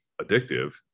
addictive